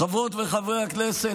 חברות וחברי הכנסת,